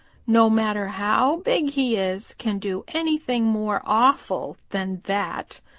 no matter how big he is, can do anything more awful than that.